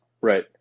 Right